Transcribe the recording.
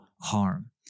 harm